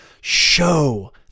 Show